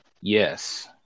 yes